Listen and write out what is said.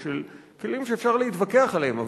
כלים שאפשר להתווכח עליהם,